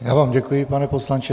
Já vám děkuji, pane poslanče.